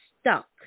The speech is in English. stuck